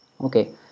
okay